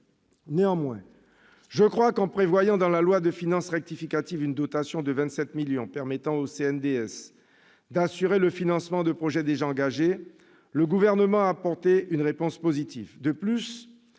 Néanmoins, je crois qu'en prévoyant dans la loi de finances rectificative pour 2017 une dotation de 27 millions d'euros permettant au CNDS d'assurer le financement de projets déjà engagés, le Gouvernement a apporté une réponse positive.